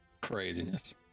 Craziness